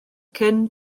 cyn